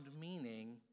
meaning